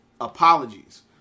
apologies